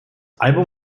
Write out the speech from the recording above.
album